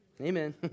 Amen